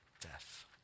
death